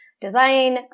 design